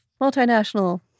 multinational